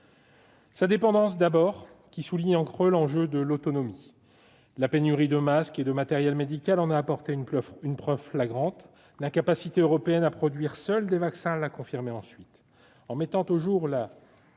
sa dépendance, qui souligne, en creux, l'enjeu de l'autonomie. La pénurie de masques et de matériel médical en a apporté une preuve flagrante. L'incapacité européenne à produire seule des vaccins l'a ensuite